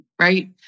right